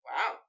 Wow